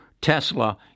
Tesla